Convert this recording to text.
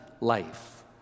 life